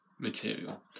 material